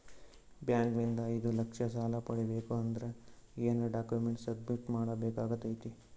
Bank ನಿಂದ ಐದು ಲಕ್ಷ ಸಾಲ ಪಡಿಬೇಕು ಅಂದ್ರ ಏನ ಡಾಕ್ಯುಮೆಂಟ್ ಸಬ್ಮಿಟ್ ಮಾಡ ಬೇಕಾಗತೈತಿ?